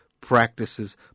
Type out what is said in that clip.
practices